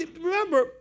remember